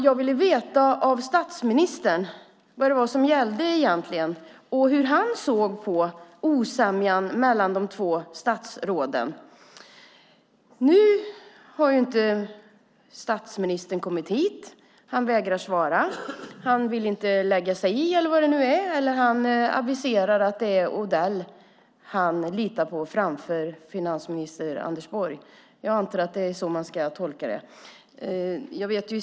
Jag ville veta av statsministern vad som egentligen gällde och hur han såg på osämjan mellan de två statsråden. Nu har inte statsministern kommit hit. Han vägrar svara. Han vill inte lägga sig i, eller han aviserar att han litar på statsrådet Odell framför finansminister Anders Borg. Jag antar att det är så man ska tolka det hela.